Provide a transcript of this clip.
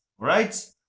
right